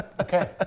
Okay